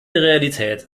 realität